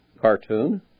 cartoon